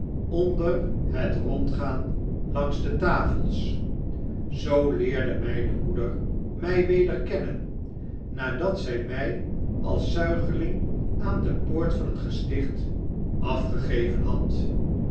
onder het rondgaan langs de tafels zoo leerde mijne moeder my weder kennen nadat zy my als zuigeling aan de poort van het gesticht afgegeven had